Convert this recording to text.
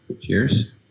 Cheers